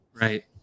Right